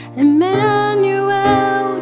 Emmanuel